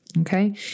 Okay